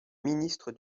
ministre